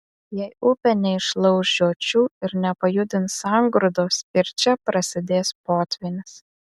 jei upė neišlauš žiočių ir nepajudins sangrūdos ir čia prasidės potvynis